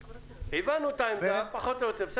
הבנו את העמדה פחות או יותר.